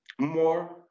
more